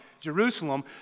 Jerusalem